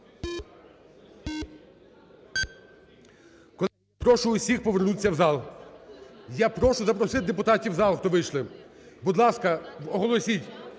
Прошу усіх повернутися в зал. Я прошу запросити депутатів в зал, хто вийшли. Будь ласка, оголосіть